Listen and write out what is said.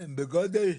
הן בגודל,